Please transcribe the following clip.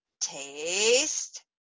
taste